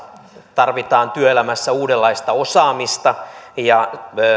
tarvitaan työelämässä uudenlaista osaamista ja